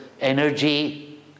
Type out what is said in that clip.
energy